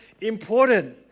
important